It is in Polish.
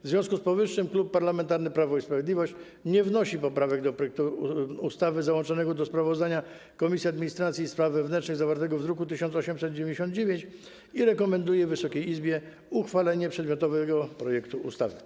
W związku z powyższym Klub Parlamentarny Prawo i Sprawiedliwość nie wnosi poprawek do projektu ustawy załączonego do sprawozdania Komisji Administracji i Spraw Wewnętrznych zawartego w druku nr 1899 i rekomenduje Wysokiej Izbie uchwalenie przedmiotowego projektu ustawy.